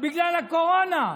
בגלל הקורונה.